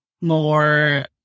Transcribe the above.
more